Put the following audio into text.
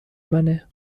منه